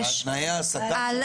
על